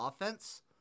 offense